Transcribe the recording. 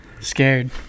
Scared